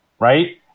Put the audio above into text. right